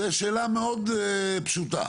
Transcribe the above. זה שאלה מאוד פשוטה.